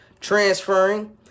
transferring